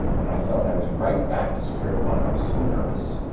and i felt i was right back to square one. i was so nervous.